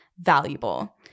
valuable